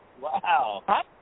wow